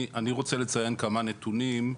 אני רוצה לציין כמה נתונים.